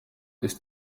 ist